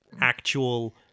Actual